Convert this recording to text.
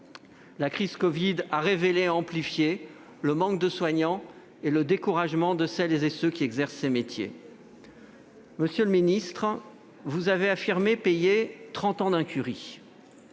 La crise de la covid a révélé et amplifié le manque de soignants et le découragement de celles et de ceux qui exercent ces métiers. Monsieur le ministre, vous avez affirmé payer « trente ans d'incurie